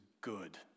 good